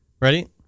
Ready